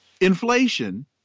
inflation